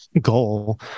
goal